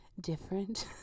different